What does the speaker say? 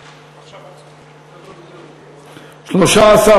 הנושא בסדר-היום של הכנסת נתקבלה.